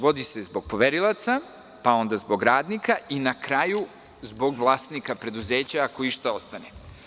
Vodi se zbog poverilaca, pa onda zbog radnika i na kraju zbog vlasnika preduzeća, ako išta ostane.